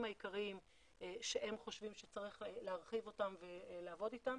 העיקריים שהם חושבים שצריך להרחיב אותם ולעבוד איתם.